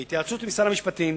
בהתייעצות עם שר המשפטים